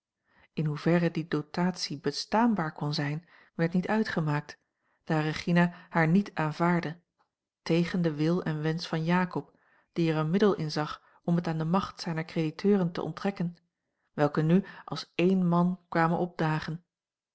in hoeverre die dotatie bestaanbaar kon zijn werd niet uitgemaakt daar regina haar niet aanvaardde tegen den wil en wensch van jakob die er een middel in zag om het aan de macht zijner crediteuren te onttrekken welke nu als één man kwamen opdagen